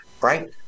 Right